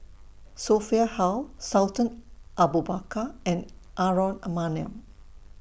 Sophia Hull Sultan Abu Bakar and Aaron Maniam